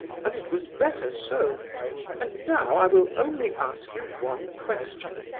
and it was better so and now i will only ask you one question.